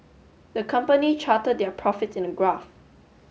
the company charted their profits in a graph